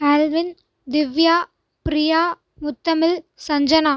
Alvin Divya Priya Muthamizh Sanjana